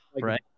Right